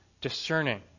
discerning